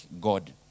God